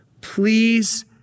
Please